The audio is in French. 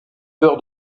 peur